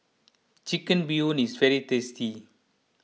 Chicken Bee Hoon is very tasty